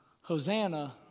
Hosanna